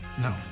No